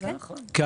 אתה יכול להסביר?